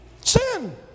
sin